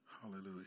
Hallelujah